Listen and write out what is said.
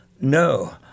No